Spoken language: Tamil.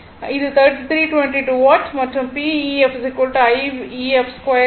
இது 320 வாட் மற்றும் Pef Ref ஆகும்